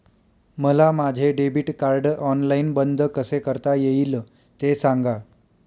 मला माझे debit card online बंद कसे करता येईल, ते सांगा